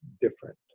different